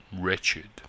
wretched